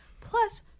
Plus